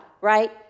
right